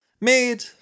made